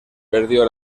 perdió